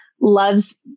loves